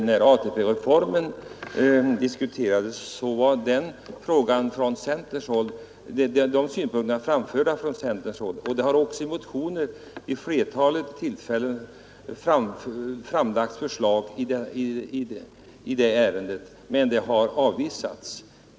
Herr talman! Jag vill erinra om att när ATP-reformen beslutades framfördes de synpunkterna från centerns håll. Vi har också i motioner vid ett flertal tillfällen framlagt förslag i ärendet, men de har avvisats.